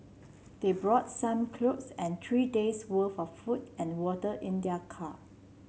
they brought some clothes and three days' worth of food and water in their car